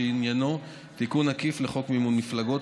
שעניינו תיקון עקיף לחוק מימון מפלגות,